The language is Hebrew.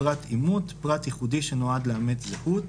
"פרט אימות" פרט ייחודי שנועד לאמת זהות,